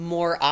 more